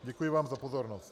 Děkuji vám za pozornost.